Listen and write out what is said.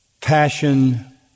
passion